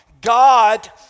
God